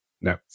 No